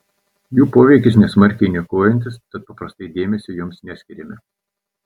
jų poveikis nesmarkiai niokojantis tad paprastai dėmesio joms neskiriame